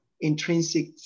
intrinsic